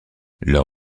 leur